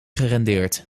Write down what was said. gerendeerd